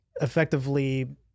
effectively